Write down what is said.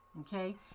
Okay